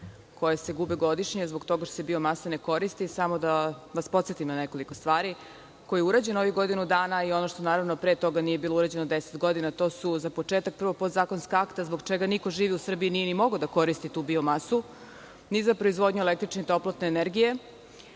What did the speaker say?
koje se gube godišnje zbog toga što se biomasa ne koristi, samo da vas podsetim na nekoliko stvari koje su urađene ovih godinu dana i ono što pre toga nije bilo urađeno 10 godina.Za početak to su prvo podzakonska akta zbog čega niko živi u Srbiji nije ni mogao da koristi tu bio masu, ni za proizvodnju električne i toplotne energije,